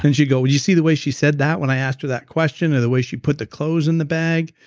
and she'd go, well did you see the way she said that when i asked her that question or the way she put the clothes in the bag?